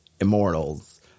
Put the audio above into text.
immortals